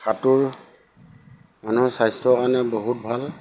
সাঁতোৰ মানুহৰ স্বাস্থ্যৰ কাৰণে বহুত ভাল